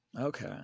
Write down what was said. Okay